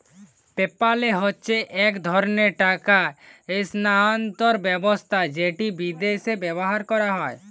PayPal হচ্ছে এক ধরণের টাকা স্থানান্তর ব্যবস্থা যেটা বিদেশে ব্যবহার হয়